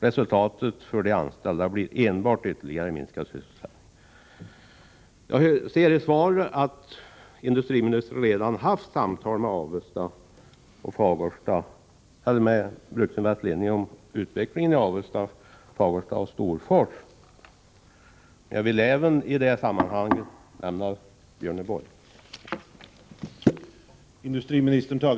Resultatet för de anställda blir enbart ytterligare minskad sysselsättning. Av svaret framgår att industriministern redan har haft samtal med Bruksinvests ledning om utvecklingen i Avesta, Fagersta och Storfors. Jag vill i det sammanhanget också nämna Björneborg.